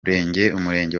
umurenge